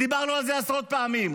דיברנו על זה עשרות פעמים.